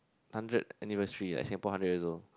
hundred anniversary like Singapore hundred years old